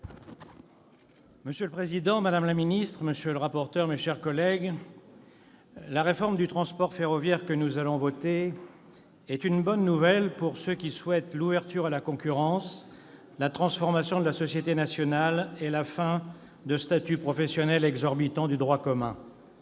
Monsieur le président, madame la ministre, monsieur le rapporteur, mes chers collègues, la réforme du transport ferroviaire que nous allons voter est une bonne nouvelle pour ceux qui souhaitent l'ouverture à la concurrence, la transformation de la société nationale et la fin de statuts professionnels exorbitants du droit commun.